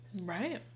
Right